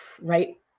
Right